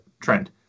trend